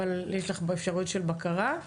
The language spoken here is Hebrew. אבל יש לך אפשרויות של בקרה?